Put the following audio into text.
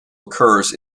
occurs